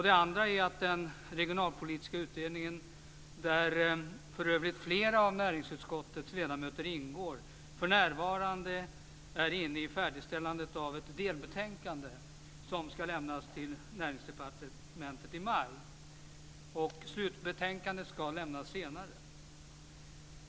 Det andra är att den regionalpolitiska utredningen, där för övrigt flera av näringsutskottets ledamöter ingår, för närvarande är inne i färdigställandet av ett delbetänkande som ska lämnas till Näringsdepartementet i maj. Slutbetänkandet ska lämnas senare.